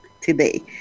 today